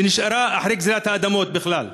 שנשארה אחרי גזלת האדמות בכלל.